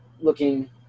looking